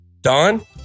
Don